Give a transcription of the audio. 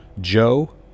Joe